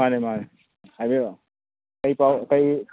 ꯃꯥꯅꯤ ꯃꯥꯅꯤ ꯍꯥꯏꯕꯤꯔꯛꯑꯣ ꯀꯔꯤ ꯄꯥꯎ ꯀꯔꯤ